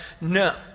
no